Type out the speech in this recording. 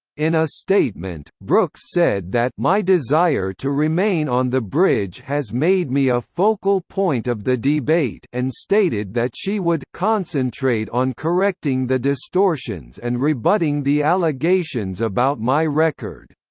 in a statement, brooks said that my desire to remain on the bridge has made me a focal point of the debate and stated that she would concentrate on correcting the distortions and rebutting the allegations about my record.